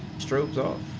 stroke, they